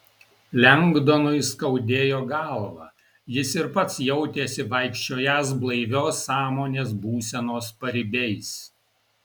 lengdonui skaudėjo galvą jis ir pats jautėsi vaikščiojąs blaivios sąmonės būsenos paribiais